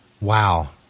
wow